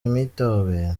imitobe